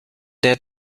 der